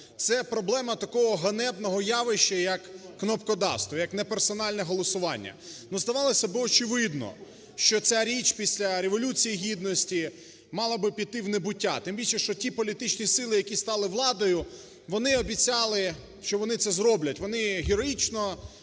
Це проблема такого ганебного явища як кнопкодавство, як неперсональне голосування. Ну, здавалось би, очевидно, що ця річ після Революції Гідності мала би піти у небуття, тим більше, що ті політичні сили, які стали владою, вони обіцяли, що вони це зроблять, вони героїчно